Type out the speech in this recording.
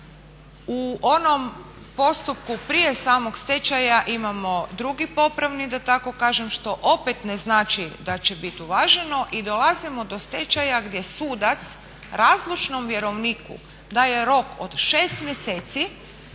U onom postupku prije samog stečaja imamo drugi popravni da tako kažem, što opet ne znači da će bit uvaženo i dolazimo do stečaja gdje sudac razlučnom vjerovniku daje rok od 6 mjeseci